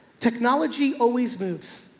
technology always moves.